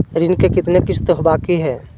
ऋण के कितना किस्त बाकी है?